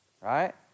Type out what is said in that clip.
right